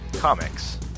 Comics